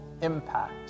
impact